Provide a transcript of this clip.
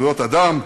זכויות אדם?